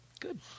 Good